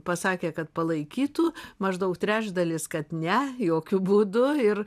pasakė kad palaikytų maždaug trečdalis kad ne jokiu būdu ir